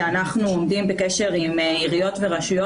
אנחנו עומדים בקשר עם עיריות ורשויות